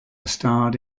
starred